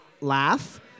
Laugh